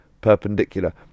perpendicular